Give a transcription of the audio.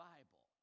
Bible